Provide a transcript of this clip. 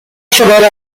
sonora